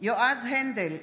בהצבעה יועז הנדל,